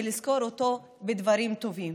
ולזכור אותו בדברים טובים.